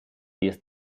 dies